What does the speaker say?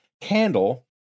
candle